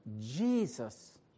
Jesus